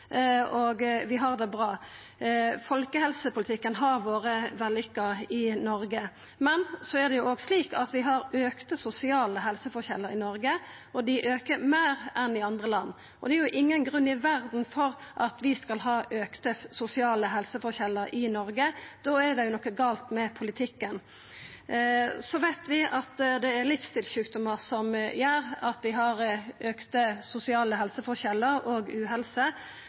og vi har det bra – folkehelsepolitikken har vore vellykka i Noreg. Men det er òg slik at vi har auka sosiale helseforskjellar i Noreg, og dei aukar meir enn i andre land. Det er ingen grunn i verda til at vi skal ha auka sosiale helseforskjellar i Noreg, da er det noko gale med politikken. Så veit vi at det er livsstilssjukdommar som gjer at vi har auka sosiale helseforskjellar og uhelse,